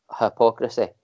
hypocrisy